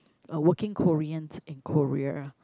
uh working Koreans in Korea